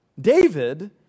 David